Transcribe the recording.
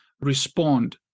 respond